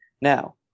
Now